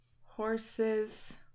horses